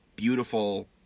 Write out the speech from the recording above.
beautiful